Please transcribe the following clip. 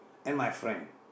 and my friend